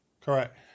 correct